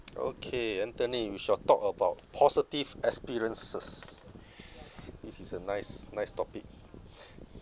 okay anthony we shall talk about positive experiences this is a nice nice topic